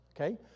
Okay